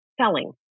selling